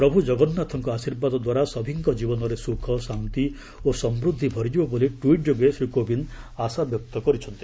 ପ୍ରଭୁ ଜଗନ୍ନାଥଙ୍କ ଆଶୀର୍ବାଦ ଦ୍ୱାରା ସଭିଙ୍କ ଜୀବନରେ ସୁଖ ଶାନ୍ତି ଓ ସମୃଦ୍ଧି ଭରିଯିବ ବୋଲି ଟ୍ୱିଟ୍ ଯୋଗେ ଶ୍ରୀ କୋବିନ୍ଦ ଆଶାବ୍ୟକ୍ତ କରିଛନ୍ତି